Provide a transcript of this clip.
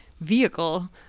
vehicle